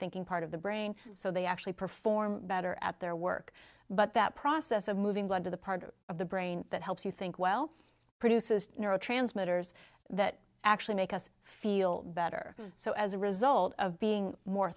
thinking part of the brain so they actually perform better at their work but that process of moving blood to the part of the brain that helps you think well produces neurotransmitters that actually make us feel better so as a result of being more